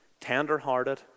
tender-hearted